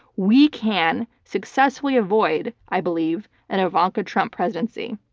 we can successfully avoid, i believe, an ivanka trump presidency.